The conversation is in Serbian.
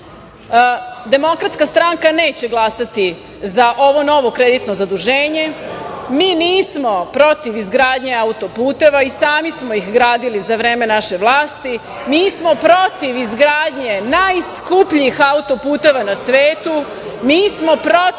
Demokratska stranka neće glasati za ovo novo kreditno zaduženje. Mi nismo protiv izgradnje auto-puteva i sami smo ih gradili za vreme naše vlasti, mi smo protiv izgradnje najskupljih auto-puteva na svetu, mi smo protiv